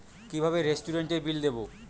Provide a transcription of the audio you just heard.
কিভাবে রেস্টুরেন্টের বিল দেবো?